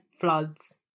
floods